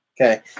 Okay